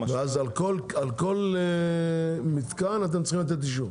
ואז על כל מתקן אתם צריכים לתת אישור?